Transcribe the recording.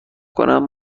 کنم